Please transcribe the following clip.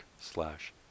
slash